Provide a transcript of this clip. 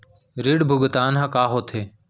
ऋण भुगतान ह का होथे?